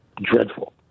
dreadful